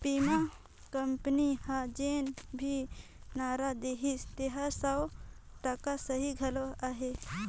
बीमा कंपनी हर जेन भी नारा देहिसे तेहर सौ टका सही घलो अहे